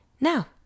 Now